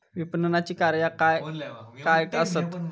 विपणनाची कार्या काय काय आसत?